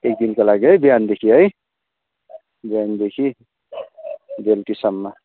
एक दिनको लागि है बिहानदेखि है बिहानदेखि बेलुकीसम्म